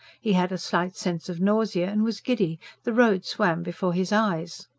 he had a slight sense of nausea and was giddy the road swam before his eyes.